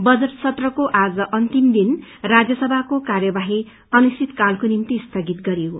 budget सत्रको आज अन्तिम दिन राज्यसभाको कार्यवाही अनिश्चितकालको निम्ति स्थगित गरिएको छ